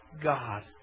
God